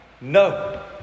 No